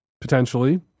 potentially